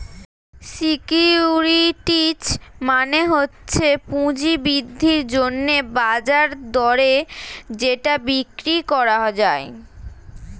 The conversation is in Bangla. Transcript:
সিকিউরিটিজ মানে হচ্ছে পুঁজি বৃদ্ধির জন্যে বাজার দরে যেটা বিক্রি করা যায়